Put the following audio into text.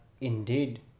indeed